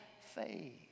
faith